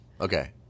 Okay